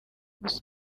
gusa